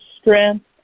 strength